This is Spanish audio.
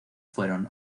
fueron